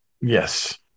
Yes